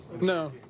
No